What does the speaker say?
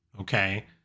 Okay